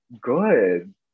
Good